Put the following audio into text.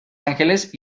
ángeles